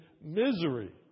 misery